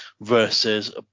Versus